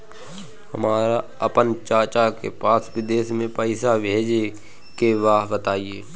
हमरा आपन चाचा के पास विदेश में पइसा भेजे के बा बताई